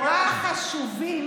נורא חשובים